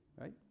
right